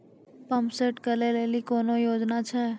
Pump set केलेली कोनो योजना छ?